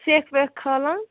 سٮ۪کھ وٮ۪کھ کھلان